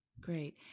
Great